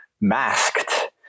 masked